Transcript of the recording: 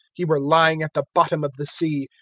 he were lying at the bottom of the sea,